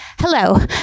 Hello